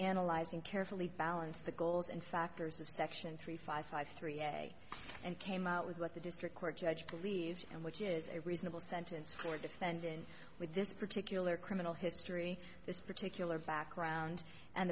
analyzing carefully balance the goals and factors of section three five five three and came out with what the district court judge believed and which is a reasonable sentence for defendant with this particular criminal history this particular background and